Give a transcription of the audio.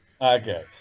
Okay